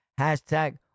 Hashtag